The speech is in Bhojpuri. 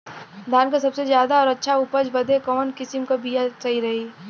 धान क सबसे ज्यादा और अच्छा उपज बदे कवन किसीम क बिया सही रही?